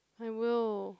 I will